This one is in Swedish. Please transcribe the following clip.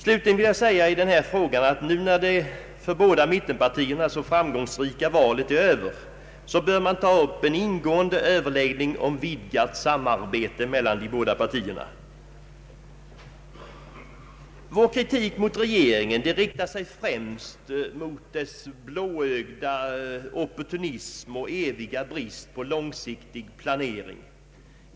Slutligen vill jag säga i denna fråga att nu när det för båda mittenpartierna framgångsrika valet är över, bör man ta upp en ingående överläggning om vidgat samarbete mellan de båda partierna. Vår kritik mot regeringen riktar sig främst mot dess blåögda opportunism och eviga brist på långsiktig planering.